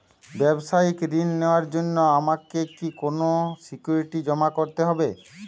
ব্যাবসায়িক ঋণ নেওয়ার জন্য আমাকে কি কোনো সিকিউরিটি জমা করতে হবে?